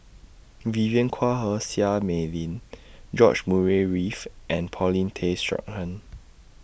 Vivien Quahe Seah Mei Lin George Murray Reith and Paulin Tay Straughan